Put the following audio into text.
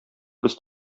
без